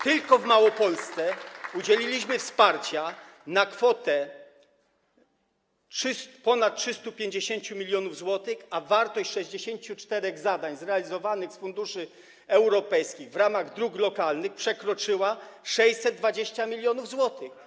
Tylko w Małopolsce udzieliliśmy wsparcia na kwotę ponad 350 mln zł, a wartość 64 zadań zrealizowanych z funduszy europejskich w ramach dróg lokalnych przekroczyła 620 mln zł.